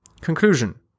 Conclusion